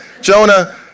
Jonah